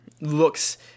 looks